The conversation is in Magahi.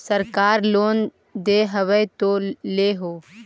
सरकार लोन दे हबै तो ले हो?